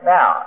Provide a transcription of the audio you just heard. Now